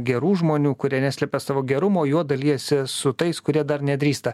gerų žmonių kurie neslepia savo gerumo juo dalijasi su tais kurie dar nedrįsta